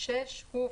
הוא,